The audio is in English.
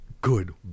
good